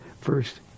first